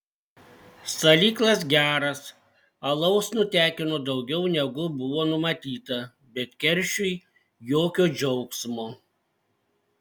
salyklas geras alaus nutekino daugiau negu buvo numatyta bet keršiui jokio džiaugsmo